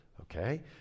okay